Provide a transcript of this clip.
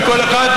כל אחד,